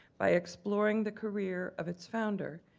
by exploring the career of its founder,